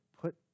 put